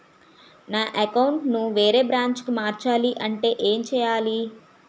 నా అకౌంట్ ను వేరే బ్రాంచ్ కి మార్చాలి అంటే ఎం చేయాలి?